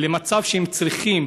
למצב שהם צריכים